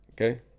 Okay